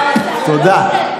תודה.